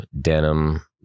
denim